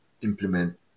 implement